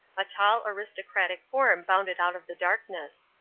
a tall aristocratic form bounded out of the darkness.